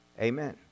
Amen